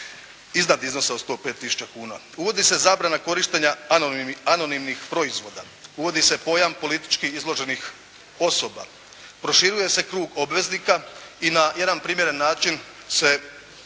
iznad iznosa od 105 tisuća kuna. Uvodi se zabrana korištenja anonimnih proizvoda, uvodi se pojam politički izloženih osoba, proširuje se krug obveznika i na jedan primjeren način se